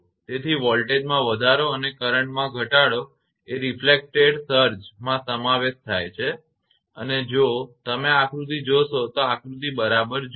તેથી વોલ્ટેજમાં વધારો અને કરંટમાં ઘટાડો એ રિફલેકટેડ સર્જ માં સમાવેશ થાય છે અને જો તમે આ આકૃતિ જોશો તો આ આકૃતિ બરાબર જુઓ